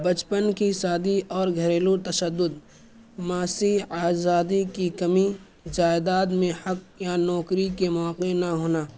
بچپن کی شادی اور گھریلو تشدد معاشی آزادی کی کمی جائیداد میں حق یا نوکری کے مواقع نہ ہونا